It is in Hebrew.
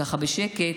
ככה בשקט,